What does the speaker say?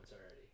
already